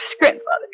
grandfather